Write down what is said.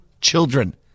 children